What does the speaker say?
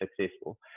successful